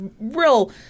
real